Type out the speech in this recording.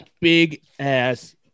Big-ass